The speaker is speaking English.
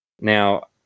Now